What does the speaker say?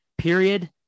period